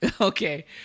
okay